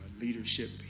leadership